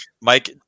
Mike